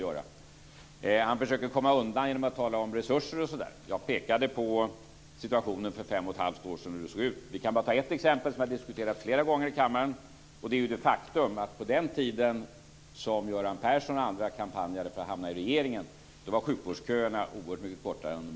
Statsministern försöker komma undan genom att tala om resurser osv. Jag pekade på hur situationen såg ut för fem och ett halvt år sedan. Vi kan ta upp ett exempel som har diskuterats flera gånger i kammaren. På den tiden då Göran Persson och andra kampanjade för att hamna i regeringen var sjukvårdsköerna oerhört mycket kortare än i dag.